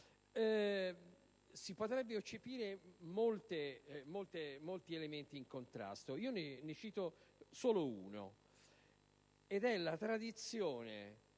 Si potrebbero eccepire molti elementi in contrario, ne cito solo uno: la tradizione